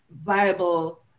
viable